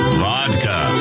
vodka